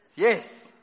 Yes